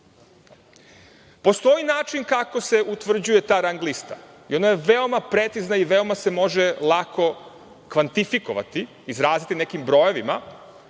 Postoji način kako se utvrđuje ta rang-lista i ona je veoma precizna i veoma se može lako kvantifikovati, izraziti nekim brojevima